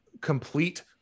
complete